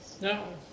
No